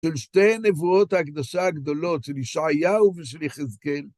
של שתי נבואות ההקדשה הגדולות, של ישעיהו ושל יחזקאל